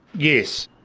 yes.